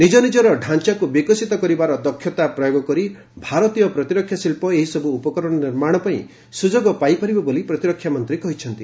ନିଜ ନିଜର ଢାଞ୍ଚାକୁ ବିକଶିତ କରିବାର ଦକ୍ଷତା ପ୍ରୟୋଗ କରି ଭାରତୀୟ ପ୍ରତିରକ୍ଷା ଶିଳ୍ପ ଏହିସବ୍ର ଉପକରଣ ନିର୍ମାଣ ପାଇଁ ସ୍ରଯୋଗ ପାଇପାରିବ ବୋଲି ପ୍ରତିରକ୍ଷା ମନ୍ତ୍ରୀ କହିଛନ୍ତି